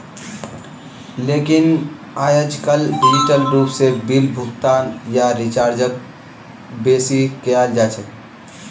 लेकिन आयेजकल डिजिटल रूप से बिल भुगतान या रीचार्जक बेसि कियाल जा छे